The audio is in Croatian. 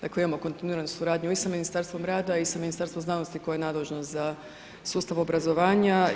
Dakle imamo kontinuiranu suradnju i sa Ministarstvom rada i sa Ministarstvom znanosti koje je nadležno za sustav obrazovanja.